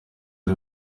ari